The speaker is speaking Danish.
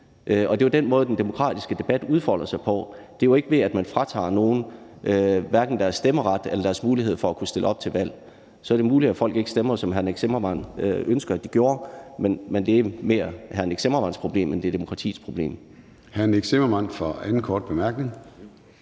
og det er den måde, den demokratiske debat udfolder sig på. Det gør den ikke, ved at man fratager nogle deres stemmeret eller deres mulighed for at kunne stille op til valg. Så er det muligt, at folk ikke stemmer, som hr. Nick Zimmermann ønsker de gjorde, men det er mere hr. Nick Zimmermanns problem, end det er demokratiets problem.